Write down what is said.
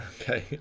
okay